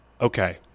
okay